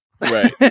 Right